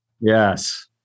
Yes